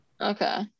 Okay